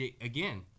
again